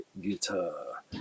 guitar